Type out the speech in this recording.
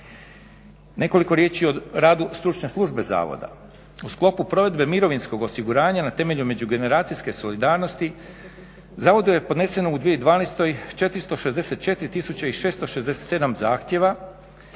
Nekoliko riječi o radu stručne službe zavoda. U sklopu provedbe mirovinskog osiguranja na temelju međugeneracijske solidarnosti, zavodu je podneseno u 2012. 464 tisuće i 667 zahtjeva,